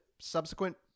subsequent